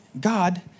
God